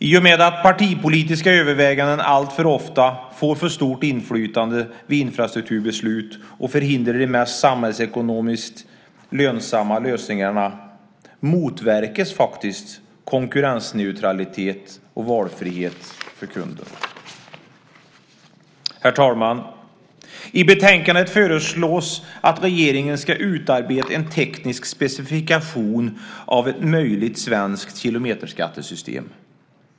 I och med att partipolitiska överväganden alltför ofta får för stort inflytande vid infrastrukturbeslut och förhindrar de mest samhällsekonomiskt lönsamma lösningarna motverkas faktiskt konkurrensneutralitet och valfrihet för kunden. Herr talman! I betänkandet föreslås att regeringen ska utarbeta en teknisk specifikation av ett möjligt svenskt kilometerskattesystem.